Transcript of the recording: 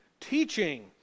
teaching